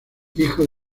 hijo